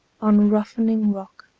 on roughening rock,